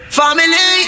family